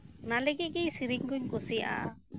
ᱚᱱᱟ ᱞᱟᱹᱜᱤᱫ ᱜᱮ ᱥᱮᱨᱮᱧ ᱠᱚᱧ ᱠᱩᱥᱤᱭᱟᱜᱼᱟ